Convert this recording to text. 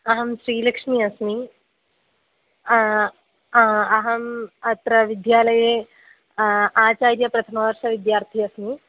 अहं श्रीलक्ष्मी अस्मि अहम् अत्र विद्यालये आचार्य प्रथमवर्षविद्यार्थी अस्मि